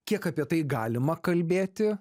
kiek apie tai galima kalbėti